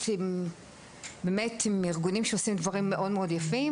עם ארגונים שעושים דברים יפים מאוד.